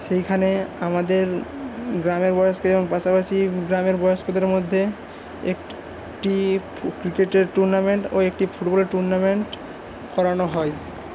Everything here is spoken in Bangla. সেইখানে আমাদের গ্রামের বয়স্কের পাশাপাশি গ্রামের বয়স্কদের মধ্যে একটি ক্রিকেটের টুর্নামেন্ট ও একটি ফুটবলের টুর্নামেন্ট করানো হয়